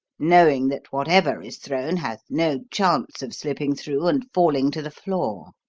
knowing that whatever is thrown has no chance of slipping through and falling to the floor.